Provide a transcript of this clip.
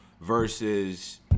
versus